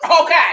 okay